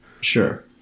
Sure